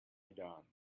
done